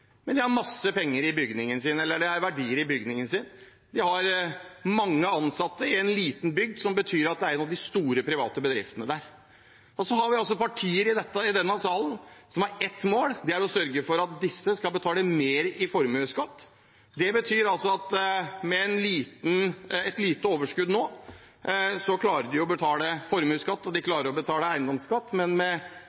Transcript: men har verdier i bygningen og har mange ansatte i en liten bygd, noe som betyr at den er en av de store private bedriftene der. Så har vi partier i denne salen som har ett mål: å sørge for at disse skal betale mer i formuesskatt. Med et lite overskudd nå klarer de å betale formuesskatt og